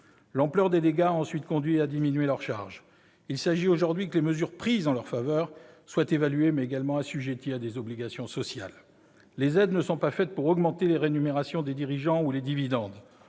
L'ampleur des dégâts a ensuite conduit à diminuer leurs charges. Il s'agit aujourd'hui que les mesures prises en leur faveur soient évaluées, mais également assujetties à des obligations sociales. Les aides ne sont pas faites pour augmenter les rémunérations des dirigeants ou les dividendes.